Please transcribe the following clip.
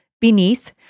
beneath